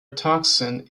toxin